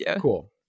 cool